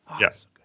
Yes